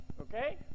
okay